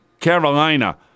Carolina